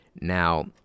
Now